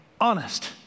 honest